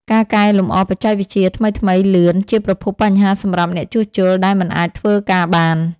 ការកែលម្អបច្ចេកវិទ្យាថ្មីៗលឿន ជាប្រភពបញ្ហាសម្រាប់អ្នកជួសជុលដែលមិនអាចធ្វើការបាន។